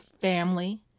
family